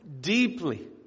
deeply